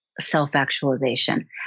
self-actualization